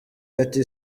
ati